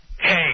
hey